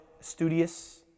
studious